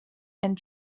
and